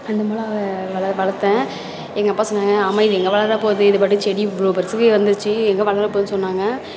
அந்த மொளகாவ வள வளர்த்தேன் எங்கள் அப்பா சொன்னாங்க ஆமாம் இது எங்கே வளரப் போகுது இதுபாட்டுக்கு செடி இவ்வளோ பெரிசுக்கு வந்துருச்சு எங்கே வளர போகுதுன்னு சொன்னாங்க